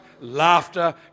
laughter